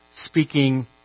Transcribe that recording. speaking